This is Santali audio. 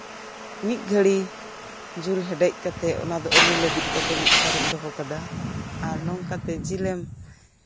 ᱢᱤᱫ ᱜᱷᱟᱹᱲᱤ ᱡᱳᱞ ᱦᱮᱰᱮᱡ ᱠᱟᱛᱮ ᱞᱟᱹᱵᱤᱫ ᱠᱟᱛᱮ ᱚᱱᱟᱫᱚ ᱢᱤᱫ ᱥᱟᱦᱟᱨᱮᱢ ᱫᱚᱦᱚ ᱠᱟᱫᱟ ᱟᱨ ᱱᱚᱝᱠᱟᱛᱮ ᱡᱮᱞᱮᱢ